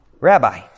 Rabbi